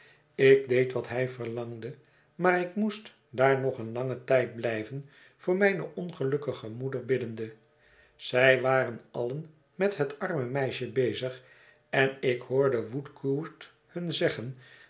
ik deed wat hij verlangde maar ik moest daar nog een langen tijd blijven voor mijne ongelukkige moeder biddende zij waren allen met het arme meisje bezig en ik hoorde woodcourt hun zeggen